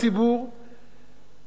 להוסיף לחוסן הלאומי,